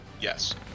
Yes